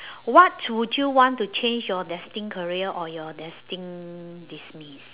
what would you want to change your destined career or your destined demise